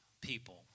people